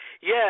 Yes